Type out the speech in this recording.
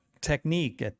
technique